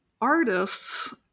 artists